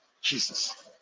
jesus